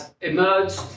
emerged